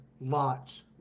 Lot's